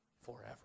forever